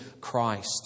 Christ